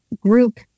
group